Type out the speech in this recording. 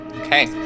Okay